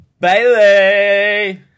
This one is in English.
Bailey